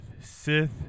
Sith